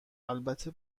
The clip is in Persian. البته